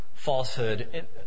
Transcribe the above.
Falsehood